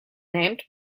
named